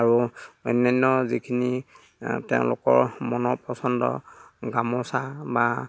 আৰু অন্যান্য যিখিনি তেওঁলোকৰ মনৰ পচন্দ গামোচা বা